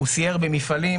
הוא סייר במפעלים,